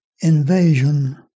invasion